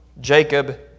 Jacob